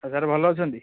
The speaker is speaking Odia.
ଆଉ ସାର୍ ଭଲ ଅଛନ୍ତି